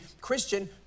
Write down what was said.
Christian